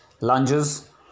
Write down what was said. lunges